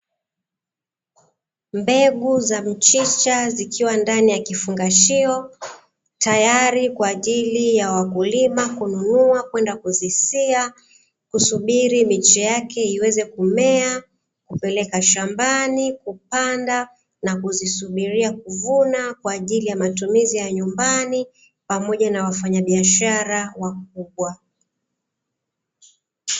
Mbegu za mchicha zikiwa ndani ya kifungashio tayari kwa ajili ya wakulima kununua kwenda kuzisia kusubiri miche yake iweze kumea, kupeleka shambani, kupanda na kuzisubiria kuvuna kwa ajili ya matumizi ya nyumbani pamoja na wafanya biashara wakubwa.